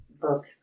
book